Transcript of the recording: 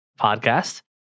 podcast